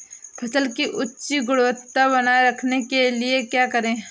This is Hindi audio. फसल की उच्च गुणवत्ता बनाए रखने के लिए क्या करें?